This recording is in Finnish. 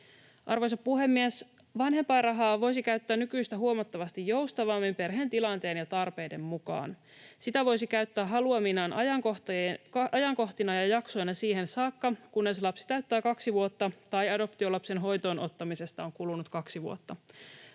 Arvoisa puhemies! Vanhempainrahaa voisi käyttää nykyistä huomattavasti joustavammin perheen tilanteen ja tarpeiden mukaan. Sitä voisi käyttää haluaminaan ajankohtina ja jaksoina siihen saakka, kunnes lapsi täyttää kaksi vuotta tai adoptiolapsen hoitoon ottamisesta on kulunut kaksi vuotta.